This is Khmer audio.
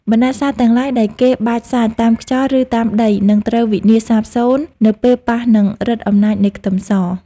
បណ្តាសាទាំងឡាយដែលគេបាចសាចតាមខ្យល់ឬតាមដីនឹងត្រូវវិនាសសាបសូន្យនៅពេលប៉ះនឹងឫទ្ធិអំណាចនៃខ្ទឹមស។